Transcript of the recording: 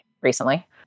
recently